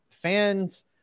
fans